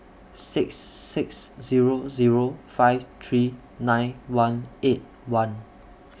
six six Zero Zero five three nine one eight one